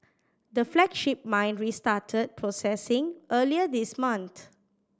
the flagship mine restarted processing earlier this month